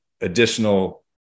additional